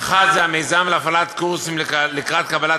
האחד זה המיזם להפעלת קורסים לקראת קבלת